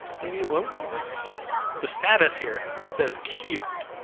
maybe you won't notice the status here says queued,